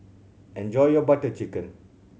enjoy your Butter Chicken